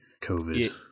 covid